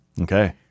Okay